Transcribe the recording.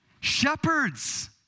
Shepherds